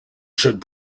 should